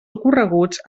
ocorreguts